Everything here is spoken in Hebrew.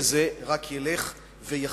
וזה רק ילך ויחריף.